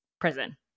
prison